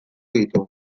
ditu